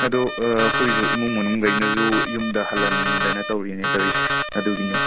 ꯑꯗꯣ ꯑꯩꯈꯣꯏꯁꯨ ꯏꯃꯨꯡ ꯃꯅꯨꯡꯒꯩꯅꯁꯨ ꯌꯨꯝꯗ ꯍꯣꯜꯍꯟꯅꯤꯡꯗꯅ ꯇꯧꯔꯤꯅꯤ ꯇꯧꯔꯤꯁꯦ ꯑꯗꯨꯒꯤꯅꯤꯗ